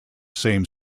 same